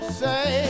say